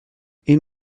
این